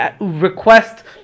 request